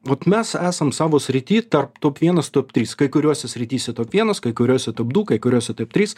vat mes esam savo srity tarp top vienas top trys kai kuriose srityse top vienas kai kuriose top du kai kuriose taip trys